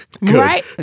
right